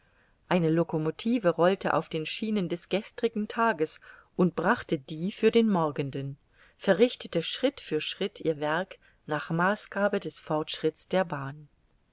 eine locomotive rollte auf den schienen des gestrigen tags und brachte die für den morgenden verrichtete schritt für schritt ihr werk nach maßgabe des fortschritts der bahn